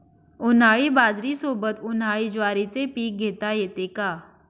उन्हाळी बाजरीसोबत, उन्हाळी ज्वारीचे पीक घेता येते का?